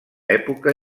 època